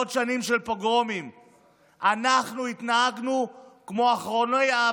מאות שנים של פוגרומים.